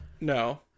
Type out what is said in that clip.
no